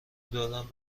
دادم